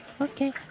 Okay